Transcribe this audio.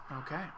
Okay